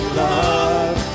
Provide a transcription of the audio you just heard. love